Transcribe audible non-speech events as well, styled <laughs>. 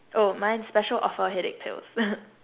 oh mine is special offer headache pills <laughs>